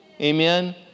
Amen